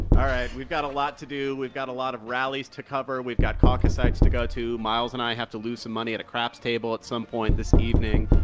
all right, we've got a lot to do. we've got a lot of rallies to cover. we've got caucus sites to go to. miles and i have to lose some money at a craps table at some point this evening.